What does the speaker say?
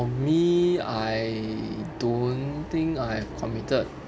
for me I don't think I have committed